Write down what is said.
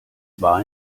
war